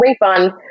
refund